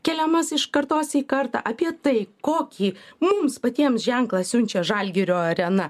keliamas iš kartos į kartą apie tai kokį mums patiems ženklą siunčia žalgirio arena